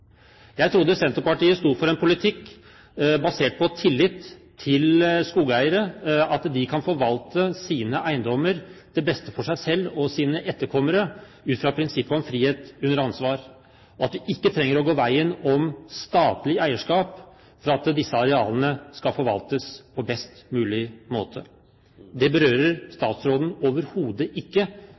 Jeg trodde Senterpartiet sto for en politikk basert på tillit til skogeiere, at de kan forvalte sine eiendommer til beste for seg selv og sine etterkommere ut fra prinsippet om frihet under ansvar, og at man ikke trenger å gå veien om statlig eierskap for at disse arealene skal forvaltes på best mulig måte. Det berører statsråden overhodet ikke